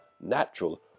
natural